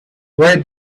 where